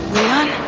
Leon